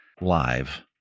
live